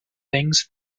things